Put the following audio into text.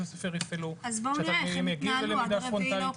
הספר יפעלו ושהתלמידים יגיעו ללמידה פרונטלית.